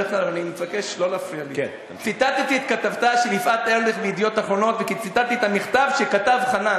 ציטטתי את, חברת הכנסת עזריה.